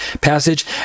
passage